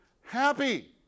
happy